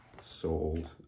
sold